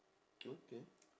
K fair